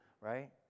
right